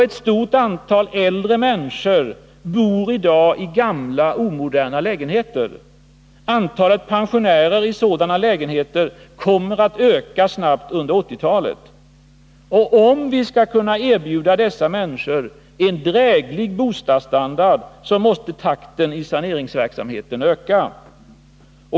Ett stort antal äldre människor bor i dag i gamla omoderna lägenheter. Antalet pensionärer i sådana lägenheter kommer att öka snabbt under 1980-talet. Om vi skall kunna erbjuda dessa människor en dräglig bostadsstandard, måste takten i saneringsverksamheten öka.